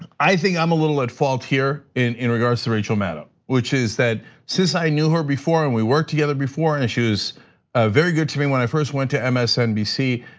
i think i'm a little at fault here in in regards to rachel maddow, which is that since i knew her before, and we worked together before. ah very good to me when i first went to msnbc,